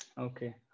Okay